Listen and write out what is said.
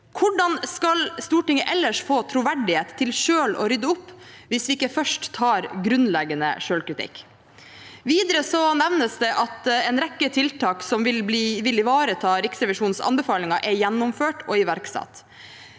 Hvordan skal Stortinget få troverdighet til å rydde opp selv hvis vi ikke først tar grunnleggende selvkritikk? Videre nevnes det at en rekke tiltak som vil ivareta Riksrevisjonens anbefalinger, er gjennomført og iverksatt.